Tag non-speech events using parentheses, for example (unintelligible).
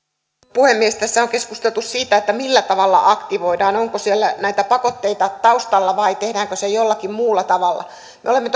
puhemies tässähän on keskusteltu siitä millä tavalla aktivoidaan onko siellä näitä pakotteita taustalla vai tehdäänkö se jollakin muulla tavalla me olemme (unintelligible)